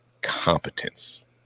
competence